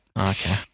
okay